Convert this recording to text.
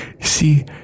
See